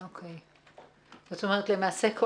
למעשה,